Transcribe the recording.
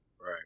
Right